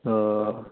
अ